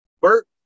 Bert